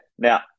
Now